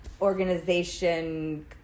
organization